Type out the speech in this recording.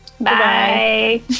bye